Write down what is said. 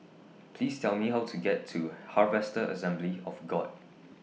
Please Tell Me How to get to Harvester Assembly of God